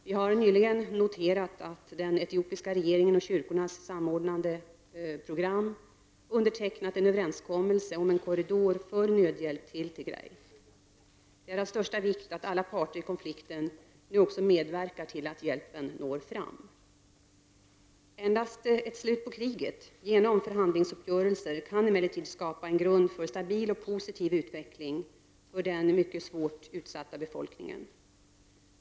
Vi har nyligen noterat att den etiopiska regeringen och kyrkornas samordnade program undertecknat en överenskommelse om en korridor för nödhjälp till Tigray. Det är av största vikt att alla parter i konflikten nu också medverkar till att hjälpen når fram. Endast ett slut på kriget genom förhandlingsuppgörelser kan emellertid skapa en grund för stabil och positiv utveckling för den mycket svårt utsatta befolkningen.